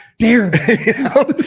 Dare